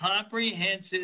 comprehensive